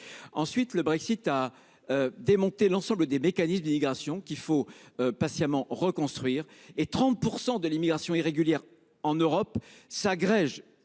puisque le Brexit a démonté l’ensemble des mécanismes d’immigration, il faut patiemment les reconstruire. De fait, 30 % de l’immigration irrégulière en Europe s’agrège